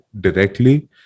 directly